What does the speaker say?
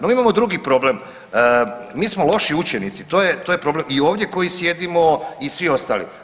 No imamo drugi problem, mi smo loši učenici to je problem i ovdje koji sjedimo i svi ostali.